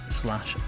slash